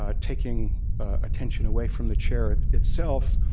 ah taking attention away from the chair itself,